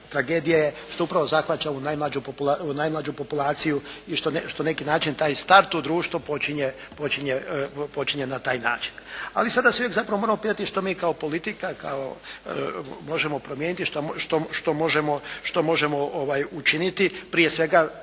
tragedija je što upravo zahvaća ovu najmlađu populaciju i što na neki način taj start u društvo počinje na taj način. Ali sada se zapravo uvijek moramo pitati što mi kao politika, kao možemo promijeniti, što možemo učiniti? Prije svega